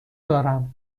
دارم